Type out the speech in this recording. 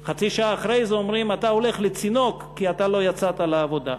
חצי שעה אחרי זה אומרים: אתה הולך לצינוק כי אתה לא יצאת לעבודה.